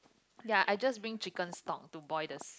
ya I just bring chicken stock to boil the soup